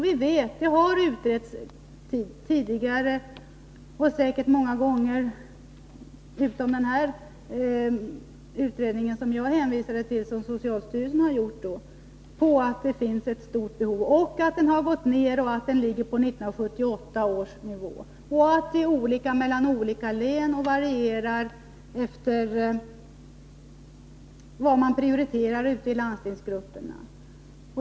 Detta har utretts tidigare — säkert många gånger förutom den här utredningen som jag hänvisade till och som socialstyrelsen har gjort. Vi vet att det finns ett stort behov, att rådgivningen har minskat och att den ligger på 1978 års nivå. Det är olika i olika län — det varierar efter vad man prioriterar ute i landsortsgrupperna.